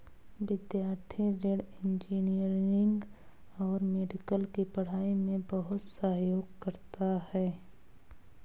विद्यार्थी ऋण इंजीनियरिंग और मेडिकल की पढ़ाई में बहुत सहयोग करता है